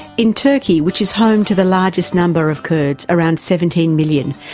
in turkey, which is home to the largest number of kurds, around seventeen million,